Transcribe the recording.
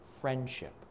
friendship